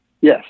Yes